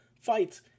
fights